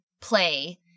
play